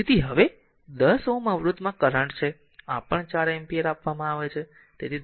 તેથી હવે 10 Ω અવરોધ માં કરંટ છે આ પણ 4 એમ્પીયર આપવામાં આવે છે